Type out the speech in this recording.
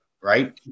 right